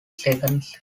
seconds